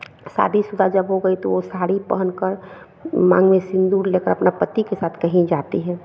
शादीशुदा जब हो गई तो वो साड़ी पहनकर मांग में सिन्दूर लेकर अपना पति के साथ कहीं जाती है